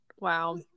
wow